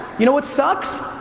you know what sucks?